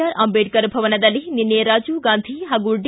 R Ambedkar ಭವನದಲ್ಲಿ ನಿನ್ನೆ ರಾಜೀವ್ ಗಾಂಧಿ ಹಾಗೂ ಡಿ